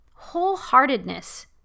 Wholeheartedness